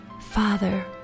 Father